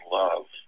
love